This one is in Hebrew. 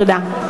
תודה.